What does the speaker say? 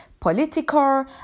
political